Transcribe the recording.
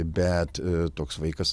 bet toks vaikas